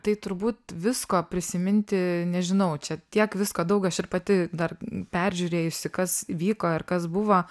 tai turbūt visko prisiminti nežinau čia tiek visko daug aš ir pati dar peržiūrėjusi kas vyko ir kas buvo